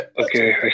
Okay